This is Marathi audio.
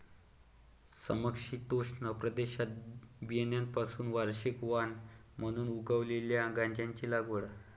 समशीतोष्ण प्रदेशात बियाण्यांपासून वार्षिक वाण म्हणून उगवलेल्या गांजाची लागवड